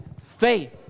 faith